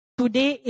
today